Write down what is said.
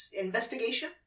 investigation